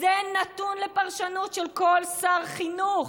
זה נתון לפרשנות של כל שר חינוך.